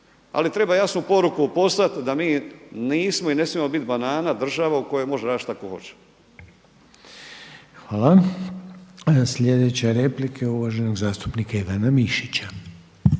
ali treba jasnu poruku poslati da mi nismo i ne smijemo biti banana država u kojoj može raditi šta tko hoće. **Reiner, Željko (HDZ)** Hvala. Slijedeća replika je uvaženog zastupnika Ivana Mišića.